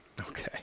Okay